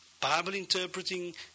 Bible-interpreting